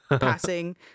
passing